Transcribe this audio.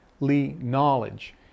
knowledge